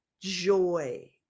joy